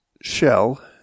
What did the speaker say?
shell